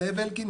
זאב אלקין,